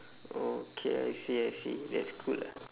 okay I see I see that's cool ah